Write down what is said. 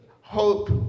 Hope